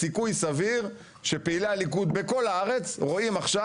סיכוי סביר שפעילי הליכוד בכל הארץ רואים עכשיו